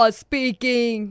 speaking